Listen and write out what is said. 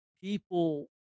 people